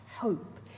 hope